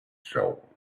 soul